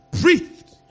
breathed